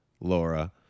Laura